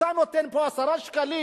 אתה נותן פה 10 שקלים,